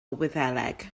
wyddeleg